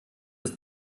ist